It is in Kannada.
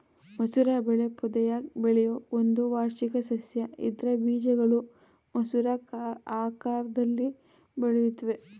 ಮಸೂರ ಬೆಳೆ ಪೊದೆಯಾಗ್ ಬೆಳೆಯೋ ಒಂದು ವಾರ್ಷಿಕ ಸಸ್ಯ ಇದ್ರ ಬೀಜಗಳು ಮಸೂರ ಆಕಾರ್ದಲ್ಲಿ ಬೆಳೆಯುತ್ವೆ